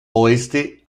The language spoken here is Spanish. oeste